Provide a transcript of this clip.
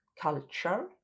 culture